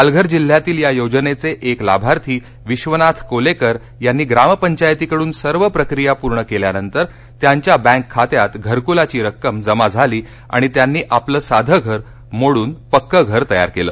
पालघर जिल्ह्यातील या योजनेचे एक लाभार्थी विश्वनाथ कोलेकर यांना ग्रामपंचायतीकडून सर्व प्रक्रिया पूर्ण केल्यानंतर त्यांच्या बँक खात्यात घरकुलाची रक्कम जमा झाली आणि त्यांनी आपलं साधं घर मोडन पक्कं घर तयार केलं